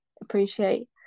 appreciate